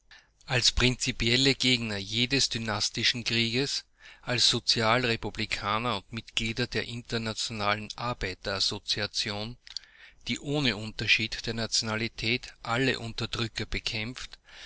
als prinzipielle gegner jedes dynastischen krieges als sozial republikaner und mitglieder der internationalen arbeiter assoziation die ohne unterschied der nationalität alle unterdrücker bekämpft